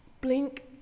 Blink